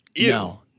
No